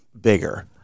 bigger